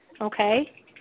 okay